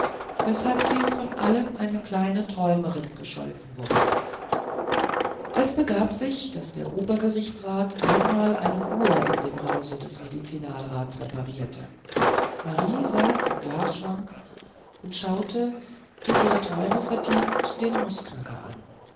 weshalb sie von allen eine kleine träumerin gescholten wurde es begab sich daß der obergerichtsrat einmal eine uhr in dem hause des medizinalrats reparierte marie saß am glasschrank und schaute in ihre träume vertieft den nußknacker an